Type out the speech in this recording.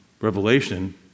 revelation